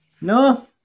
No